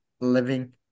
living